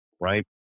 right